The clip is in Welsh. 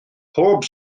pob